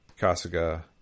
Kasuga